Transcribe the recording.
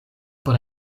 por